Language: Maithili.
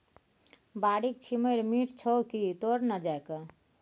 बाड़ीक छिम्मड़ि मीठ छौ की तोड़ न जायके